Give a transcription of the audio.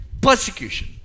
persecution